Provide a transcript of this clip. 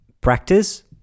practice